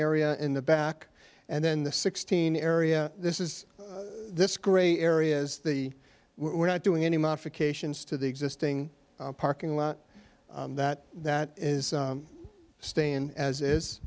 area in the back and then the sixteen area this is this gray area is the we're not doing any modifications to the existing parking lot that that is staying as is